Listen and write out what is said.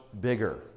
bigger